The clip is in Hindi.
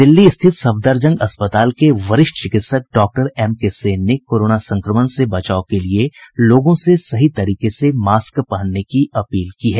दिल्ली स्थित सफदरजंग अस्पताल के वरिष्ठ चिकित्सक डॉक्टर एम के सेन ने कोरोना संक्रमण से बचाव के लिये लोगों से सही तरीके से मास्क पहनने की अपील की है